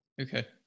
okay